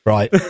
Right